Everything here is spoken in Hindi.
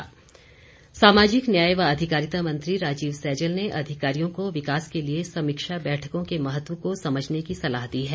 सैजल सामाजिक न्याय व अधिकारिता मंत्री राजीव सैजल अधिकारियों को विकास के लिए समीक्षा बैठकों के महत्व को समझने की सलाह दी है